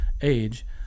age